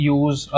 use